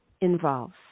involves